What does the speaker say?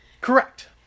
Correct